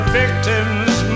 victims